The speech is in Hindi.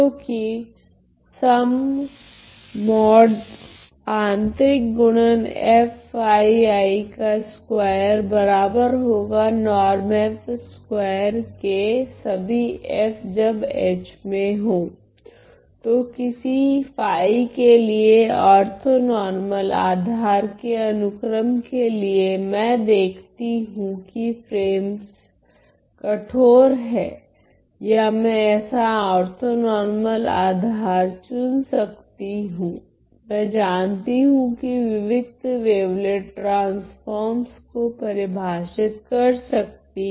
क्योकि तो किसी के लिए ओर्थोनोर्मल आधार के अनुक्रम के लिए मैं देखती हूँ कि फ्रेमस कठोर है या मैं ऐसा ओर्थोनोर्मल आधार चुन सकती हूँ मैं जानती हूँ मैं विविक्त वेवलेट ट्रांसफोर्मस को परिभाषित कर सकती हूँ